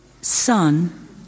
Son